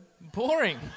Boring